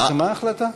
פורסמה ההחלטה?